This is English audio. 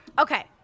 okay